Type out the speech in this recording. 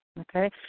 Okay